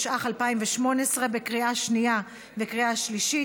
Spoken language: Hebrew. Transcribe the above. עברה בקריאה שנייה ושלישית,